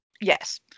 Yes